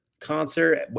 concert